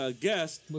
guest